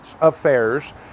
affairs